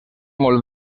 molt